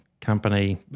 company